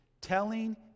telling